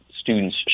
students